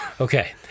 Okay